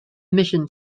mission